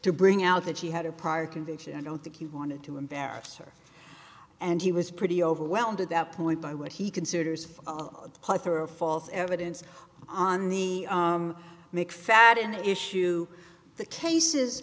to bring out that she had a prior conviction i don't think he wanted to embarrass her and he was pretty overwhelmed at that point by what he considers her a false evidence on the make fat an issue the cases